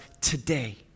today